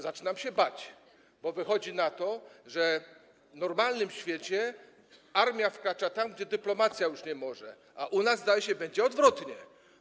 Zaczynam się bać, bo wychodzi na to, że... w normalnym świecie armia wkracza tam, gdzie dyplomacja już nie może, a u nas, zdaje się, będzie odwrotnie.